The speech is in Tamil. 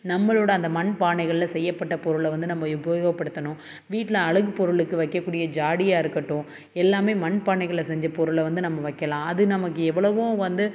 நம்மளோட அந்த மண் பானைகள்ல செய்யப்பட்ட பொருளை வந்து நம்ம உபயோகப்படுத்தனும் வீட்டில அழகு பொருளுக்கு வைக்கக்கூடிய ஜாடியாக இருக்கட்டும் எல்லாமே மண் பானைகள்ல செஞ்ச பொருளை வந்து நம்ம வைக்கலாம் அது நமக்கு எவ்வளோவோ வந்து